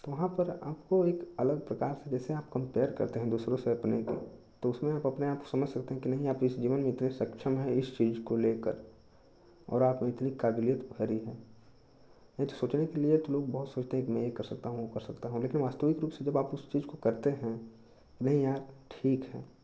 तो वहाँ पर आपको एक अलग प्रकार के जैसे आप कम्पेयर करते हैं दूसरों से अपने को तो उसमें आप अपने आपको समझ सकते हैं कि नहीं आप इस जीवन में आप सक्षम हैं इस चीज़ को लेकर और आप उनकी काबिलियत भरी है यह सोचने के लिए कि लोग बहुत सोचते हैं कि मैं यह कर सकता हूँ वह कर सकता हूँ लेकिन वास्तविक रूप से जब आप इस चीज़ को करते हैं तो नहीं यार ठीक है